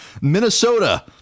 Minnesota